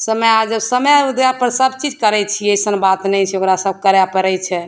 समय आ जे समय उदय पर सबचीज करैत छियै अइसन बात नहि छै ओकरा सब करै पड़ैत छै